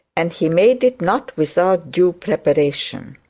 and he made it not without due preparation.